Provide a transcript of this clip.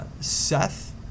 Seth